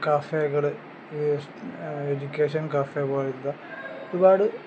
കാഫെകൾ education cafe പോലെ എന്താണ് ഒരുപാട്